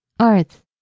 earth